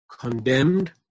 condemned